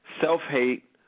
self-hate